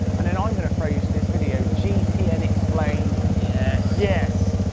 and then i'm gonna throw you to this video, gtn explained. yes. yes.